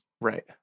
Right